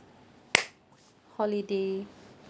holiday